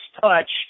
touch